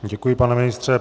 Děkuji, pane ministře.